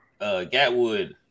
Gatwood